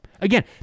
Again